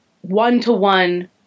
one-to-one